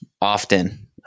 often